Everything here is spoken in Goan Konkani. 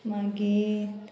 मागीर